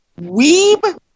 Weeb